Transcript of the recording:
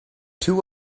two